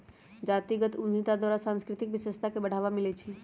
जातीगत उद्यमिता द्वारा सांस्कृतिक विशेषता के बढ़ाबा मिलइ छइ